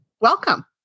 Welcome